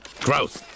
Gross